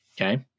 Okay